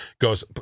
goes